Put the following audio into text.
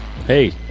Hey